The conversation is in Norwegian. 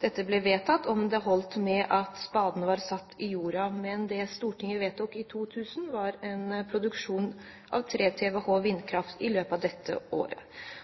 dette ble vedtatt – om det holdt at spaden var satt i jorda. Men det Stortinget vedtok i 2000, var en produksjon av 3 TWh vindkraft i løpet av dette året.